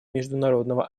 международного